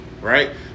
right